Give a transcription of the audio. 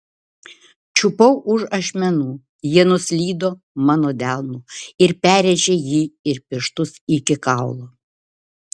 čiupau už ašmenų jie nuslydo mano delnu ir perrėžė jį ir pirštus iki kaulo